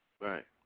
Right